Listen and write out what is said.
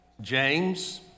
James